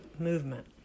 movement